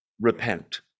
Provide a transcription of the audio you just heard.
Repent